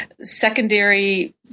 secondary